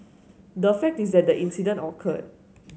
the fact is that the incident occurred